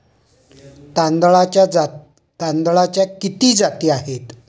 तांदळाच्या किती जाती आहेत?